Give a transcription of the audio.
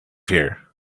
here